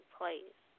place